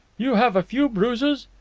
you have a few bruises,